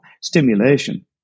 stimulation